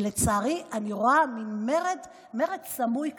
לצערי אני רואה מין מרד סמוי כזה.